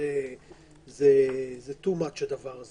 שאתם כותבים